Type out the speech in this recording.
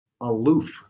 aloof